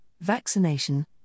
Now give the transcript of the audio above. vaccination